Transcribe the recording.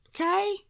Okay